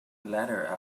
ladder